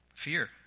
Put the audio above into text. fear